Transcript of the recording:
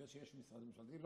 זה שיש משרד ממשלתי?